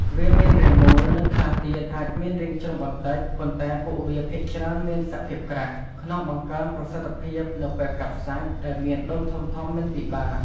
វាមានរាងមូល និងខ្លះទៀតអាចមានរាងជ្រុងបន្តិច ប៉ុន្តែពួកវាភាគច្រើនមានសភាពក្រាស់ ក្នុងបង្កើនប្រសិទ្ធភាពនៅពេលកាប់សាច់ដែលមានដុំធំៗមិនពិបាក។